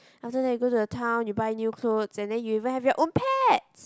after that go to the town you buy new clothes and then you even have your own pets